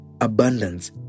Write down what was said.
abundance